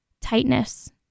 tightness